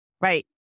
Right